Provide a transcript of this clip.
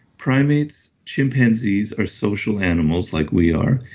primates, chimpanzees are social animals like we are.